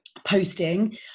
posting